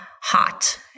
hot